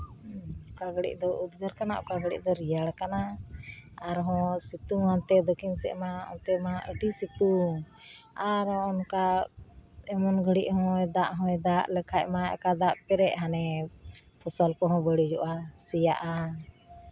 ᱚᱠᱟ ᱜᱷᱟᱹᱲᱤᱡ ᱫᱚ ᱩᱫᱽᱜᱟᱹᱨ ᱠᱟᱱᱟ ᱚᱠᱟ ᱜᱷᱟᱹᱲᱤᱡ ᱫᱚ ᱨᱮᱭᱟᱲ ᱠᱟᱱᱟ ᱟᱨᱦᱚᱸ ᱚᱱᱛᱮ ᱥᱤᱛᱩᱝᱼᱟ ᱫᱚᱠᱠᱷᱤᱱ ᱥᱮᱫ ᱢᱟ ᱚᱱᱛᱮ ᱢᱟ ᱟᱹᱰᱤ ᱥᱮᱛᱳᱝ ᱟᱨ ᱚᱱᱠᱟ ᱮᱢᱚᱱ ᱜᱷᱟᱹᱲᱤᱡ ᱦᱚᱭ ᱫᱟᱜ ᱦᱚᱭ ᱫᱟᱜ ᱞᱮᱠᱷᱟᱡ ᱢᱟ ᱮᱠᱟ ᱫᱟᱜ ᱯᱮᱨᱮᱡ ᱦᱟᱱᱮ ᱯᱷᱚᱥᱚᱞ ᱠᱚᱦᱚᱸ ᱵᱟᱹᱲᱤᱡᱚᱜᱼᱟ ᱥᱮᱭᱟᱜᱼᱟ